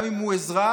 גם אם הוא אזרח,